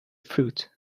fruit